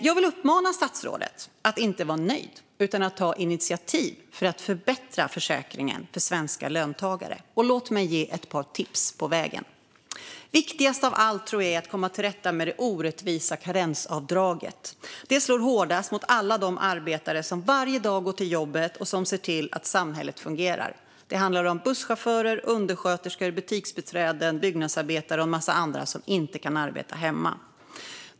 Jag vill uppmana statsrådet att inte vara nöjd utan ta initiativ för att förbättra försäkringen för svenska löntagare. Låt mig ge ett par tips på vägen. Viktigast av allt tror jag är att komma till rätta med det orättvisa karensavdraget. Det slår hårdast mot alla de arbetare som varje dag går till jobbet och som ser till att samhället fungerar. Det handlar om busschaufförer, undersköterskor, butiksbiträden, byggnadsarbetare och en massa andra som inte kan arbeta hemma.